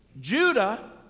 Judah